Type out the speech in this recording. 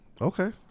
okay